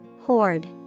hoard